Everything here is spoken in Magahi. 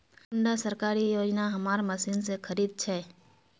कुंडा सरकारी योजना हमार मशीन से खरीद छै?